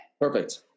Perfect